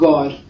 God